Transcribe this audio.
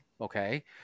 okay